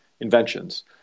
inventions